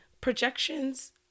projections